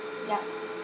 ya